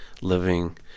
living